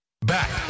Back